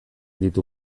ditu